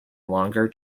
longer